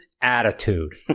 Attitude